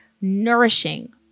nourishing